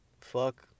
Fuck